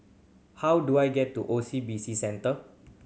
how do I get to O C B C Centre